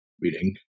reading